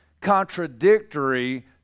contradictory